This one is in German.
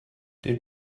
den